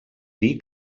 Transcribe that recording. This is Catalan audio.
dir